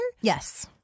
Yes